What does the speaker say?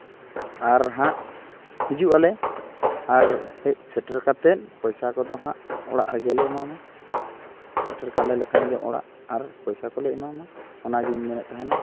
ᱟᱨ ᱦᱟᱸᱜ ᱦᱤᱡᱩᱜᱼᱟᱞᱮ ᱟᱨ ᱦᱮᱡ ᱥᱮᱴᱮᱨ ᱠᱟᱛᱮᱫ ᱯᱚᱭᱥᱟ ᱠᱚᱫᱚ ᱦᱟᱸᱜ ᱚᱲᱟᱜ ᱨᱮᱜᱮ ᱞᱮ ᱮᱢᱟᱢᱟ ᱥᱮᱴᱮᱨ ᱠᱟᱞᱮ ᱞᱮᱠᱷᱟᱱ ᱜᱮ ᱚᱲᱟᱜ ᱟᱨ ᱯᱚᱭᱥᱟ ᱠᱚᱞᱮ ᱮᱢᱟᱢᱟ ᱚᱱᱟᱜᱤᱧ ᱢᱮᱱᱮᱫ ᱛᱟᱦᱮᱱᱟ